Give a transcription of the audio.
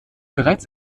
bereits